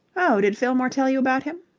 oh, did fillmore tell you about him?